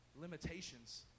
limitations